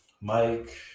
Mike